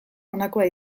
honakoa